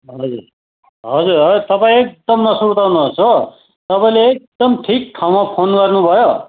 हजुर हजुर तपाईँ एकदम नसुर्ताउनुहोस् हो तपाईँले एकदम ठिक ठाउँमा फोन गर्नुभयो